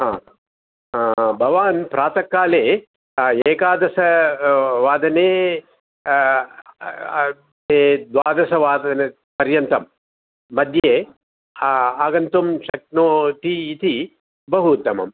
हा भवान् प्रातःकाले एकादशवादने द्वादशवादनपर्यन्तं मध्ये आगन्तुं शक्नोति इति बहु उत्तमम्